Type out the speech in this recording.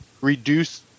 reduce